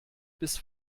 bis